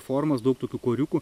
formos daug tokių koriukų